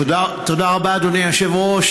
תודה רבה, אדוני היושב-ראש.